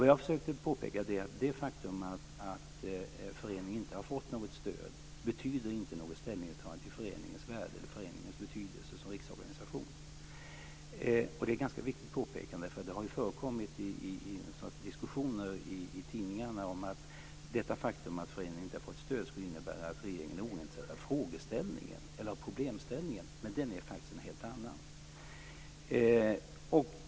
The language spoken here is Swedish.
Det jag försökte påpeka är att det faktum att föreningen inte har fått något stöd inte betyder något ställningstagande till föreningens värde eller föreningens betydelse som riksorganisation. Det är ett ganska viktigt påpekande. Det har förekommit diskussioner i tidningarna om att det faktum att föreningen inte har fått stöd skulle innebära att regeringen är ointresserad av problemställningen. Inställningen är faktiskt en helt annan.